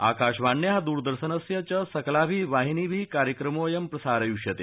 आकाशवाण्याः द्रदर्शनस्य च सकलाभिः वाहिनिभिः कार्यक्रमोऽय प्रसारयिष्यते